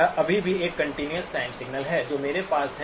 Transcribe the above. यह अभी भी एक कंटीन्यूअस टाइम सिग्नल है जो मेरे पास है